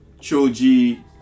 Choji